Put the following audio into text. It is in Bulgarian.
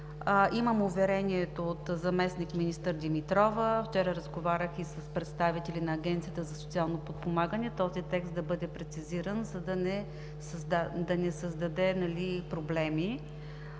Имам уверението от заместник-министър Димитрова, вчера разговарях и с представители на Агенцията за социално подпомагане, този текст да бъде прецизиран, за да не създаде проблеми